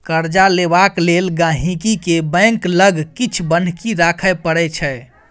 कर्जा लेबाक लेल गांहिकी केँ बैंक लग किछ बन्हकी राखय परै छै